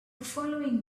following